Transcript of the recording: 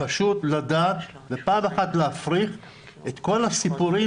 פשוט לדעת ופעם אחת להפריך את כל הסיפורים